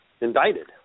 indicted